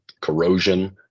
corrosion